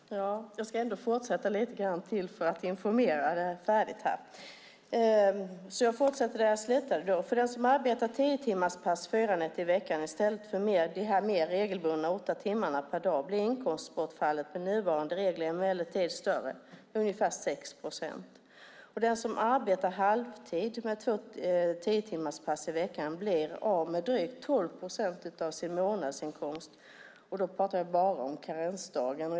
Fru talman! Jag ska ändå fortsätta lite grann för att informera färdigt. Jag fortsätter alltså där jag slutade. För den som arbetar tiotimmarspass fyra nätter i veckan i ställen för de mer regelbundna åtta timmarna per dag blir inkomstbortfallet med nuvarande regler emellertid större, ungefär 6 procent. Den som arbetar halvtid med två tiotimmarspass i veckan blir av med drygt 12 procent av sin månadsinkomst, och då pratar jag bara om karensdagen.